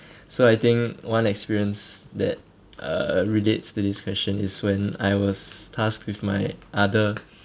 so I think one experience that uh relates to this question is when I was tasked with my other